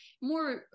more